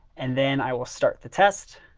and then i will start the test.